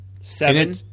seven